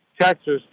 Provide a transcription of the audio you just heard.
Texas